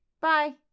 Bye